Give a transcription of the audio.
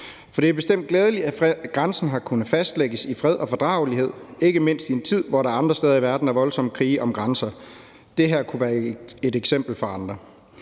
for det er bestemt glædeligt, at grænsen har kunnet fastlægges i fred og fordragelighed, ikke mindst i en tid, hvor der andre steder i verden er voldsomme krige om grænser. Det her kunne være et eksempel for andre.